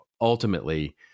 ultimately